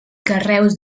carreus